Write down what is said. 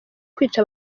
kwica